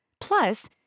Plus